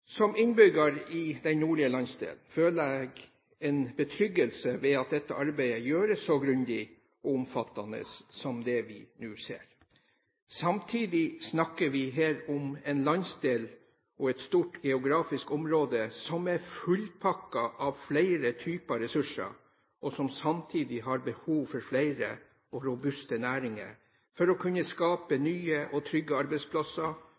Som innbygger i den nordlige landsdelen føler jeg en betryggelse ved at dette arbeidet gjøres så grundig og omfattende som det vi nå ser. Samtidig snakker vi her om en landsdel og et stort geografisk område som er fullpakket av flere typer ressurser, og som samtidig har behov for flere og robuste næringer for å kunne skape nye og trygge arbeidsplasser